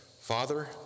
father